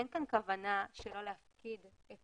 אין כאן כוונה שלא להפקיד את